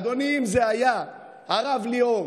אדוני, אם זה היה הרב ליאור